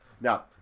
Now